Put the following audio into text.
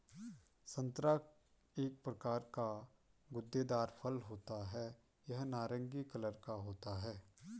संतरा एक प्रकार का गूदेदार फल होता है यह नारंगी कलर का होता है